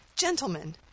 gentlemen